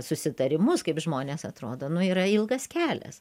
susitarimus kaip žmonės atrodo nu yra ilgas kelias